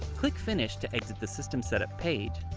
click finish to exit the system setup page,